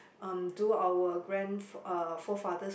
um do our grand~ uh forefathers